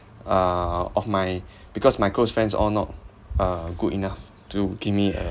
uh of my because my close friends all not uh good enough to give me a